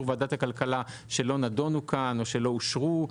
ועדת הכלכלה שלא נדונו כאן או שלא אושרו.